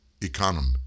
economy